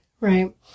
Right